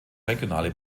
regionale